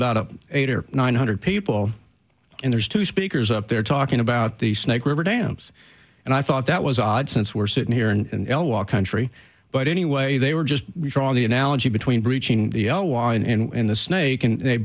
about eight or nine hundred people and there's two speakers up there talking about the snake river dams and i thought that was odd since we're sitting here and l walk country but anyway they were just drawn the analogy between breaching the l y and the snake and they